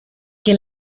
que